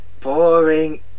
boring